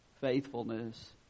faithfulness